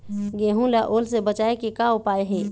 गेहूं ला ओल ले बचाए के का उपाय हे?